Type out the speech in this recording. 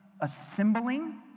assembling